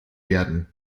werden